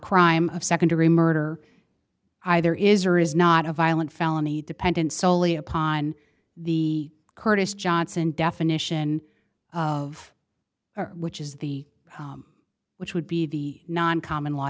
crime of nd degree murder either is or is not a violent felony dependent solely upon the kurdish johnson definition of which is the which would be the common law